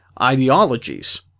ideologies